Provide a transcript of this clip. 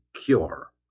cure